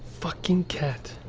fucking cat.